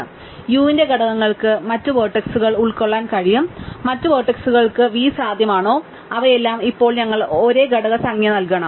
അതിനാൽ u ന്റെ ഘടകങ്ങൾക്ക് മറ്റ് വേർട്ടക്സുകൾ ഉൾക്കൊള്ളാൻ കഴിയും മറ്റ് വേർട്ടക്സുകൾക്ക് v സാധ്യമാണോ അവയെല്ലാം ഇപ്പോൾ ഞങ്ങൾ ഒരേ ഘടക സംഖ്യ നൽകണം